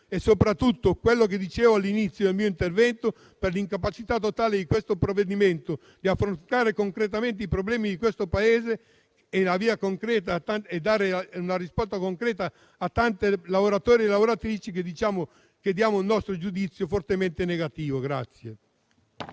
e soprattutto per quanto detto all'inizio del mio intervento, e cioè per l'incapacità totale di questo provvedimento di affrontare concretamente i problemi del Paese e di dare una risposta concreta a tanti lavoratori e lavoratrici, il nostro giudizio è fortemente negativo.